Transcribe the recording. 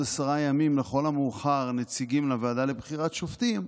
עשרה ימים לכל המאוחר נציגים לוועדה לבחירת שופטים,